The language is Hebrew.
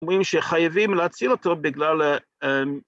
‫אומרים שחייבים להציל אותו ‫בגלל...